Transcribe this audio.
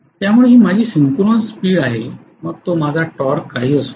त्यामुळे ही माझी सिन्क्रोनस स्पीड आहे मग तो माझा टॉर्क काहीही असो